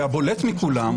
והבולט מכולם,